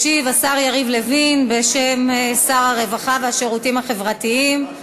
ישיב השר יריב לוין בשם שר הרווחה והשירותים החברתיים.